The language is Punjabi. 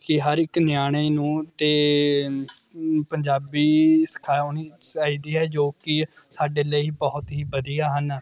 ਕਿ ਹਰ ਇੱਕ ਨਿਆਣੇ ਨੂੰ ਅਤੇ ਪੰਜਾਬੀ ਸਿਖਾਉਣੀ ਚਾਹੀਦੀ ਹੈ ਜੋ ਕਿ ਸਾਡੇ ਲਈ ਬਹੁਤ ਹੀ ਵਧੀਆ ਹਨ